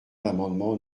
l’amendement